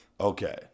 Okay